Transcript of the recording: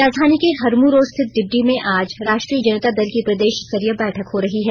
राजधानी के हरमू रोड स्थित डिबडीह में आज राष्ट्रीय जनता दल की प्रदेशस्तरीय बैठक हो रही है